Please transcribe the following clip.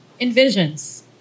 envisions